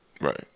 right